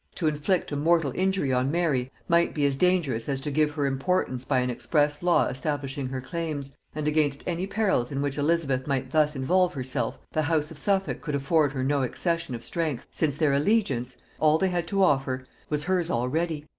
to inflict a mortal injury on mary might be as dangerous as to give her importance by an express law establishing her claims, and against any perils in which elizabeth might thus involve herself the house of suffolk could afford her no accession of strength, since their allegiance all they had to offer was hers already.